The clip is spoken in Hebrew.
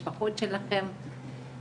משפחות שלכם,